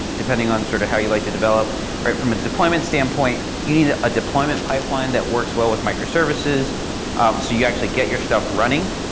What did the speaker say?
depending on sort of how you like to develop right from a deployment standpoint. you need ah a deployment pipeline that works well with microservices ah so you actually get your stuff running.